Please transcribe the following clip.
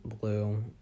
blue